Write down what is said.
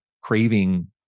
craving